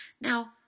Now